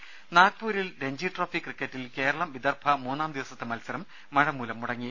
രുര നാഗ്പൂരിൽ രഞ്ജി ട്രോഫി ക്രിക്കറ്റിൽ കേരളം വിദർഭ മൂന്നാം ദിവസത്തെ മത്സരം മഴമൂലം മുടങ്ങി